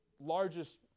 largest